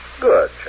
Good